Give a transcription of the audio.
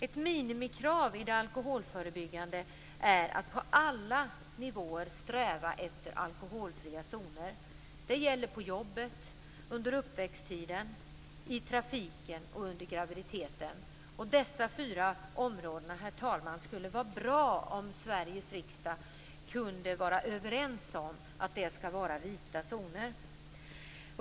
Ett minimikrav i det alkoholförebyggande arbetet är att på alla nivåer sträva efter alkoholfria zoner. Det gäller på jobbet, under uppväxttiden, i trafiken och under graviditeten. Det skulle vara bra, herr talman, om Sveriges riksdag kunde vara överens om att dessa fyra områden skall vara vita zoner.